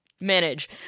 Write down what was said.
manage